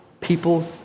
people